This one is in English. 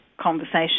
conversation